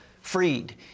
freed